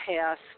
past